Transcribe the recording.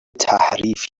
تحریف